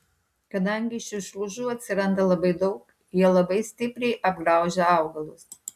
kadangi šių šliužų atsiranda labai daug jie labai stipriai apgraužia augalus